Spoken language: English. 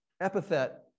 epithet